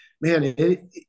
man